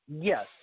Yes